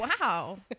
Wow